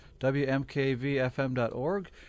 WMKVFM.org